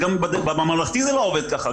גם בממלכתי זה לא עובד ככה.